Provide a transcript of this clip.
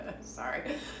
sorry